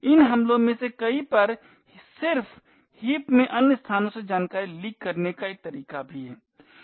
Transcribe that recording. इन हमलों में से कई पर सिर्फ हीप में अन्य स्थानों से जानकारी लीक करने का एक तरीका भी है